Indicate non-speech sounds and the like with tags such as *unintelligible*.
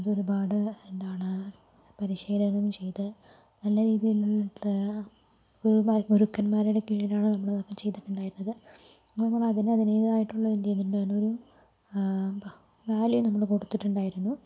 അതൊരുപാട് എന്താണ് പരിശീലനം ചെയ്ത് നല്ല രീതിയിൽ *unintelligible* പോകുമ്പോൾ ഗുരുക്കന്മാരുടെ കീഴിലാണ് നമ്മൾ അതൊക്കെ ചെയ്തിട്ടുണ്ടായിരുന്നത് നമ്മൾ അതിന് അതിന്റേതായിട്ടുള്ളൊരു എന്ത് ചെയ്തിട്ടുണ്ടായിരുന്നു ഒരു വാല്യൂ നമ്മൾ കൊടുത്തിട്ടുണ്ടായിരുന്നു